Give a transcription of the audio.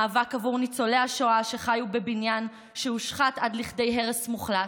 מאבק עבור ניצולי השואה שחיו בבניין שהושחת עד לכדי הרס מוחלט,